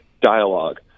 dialogue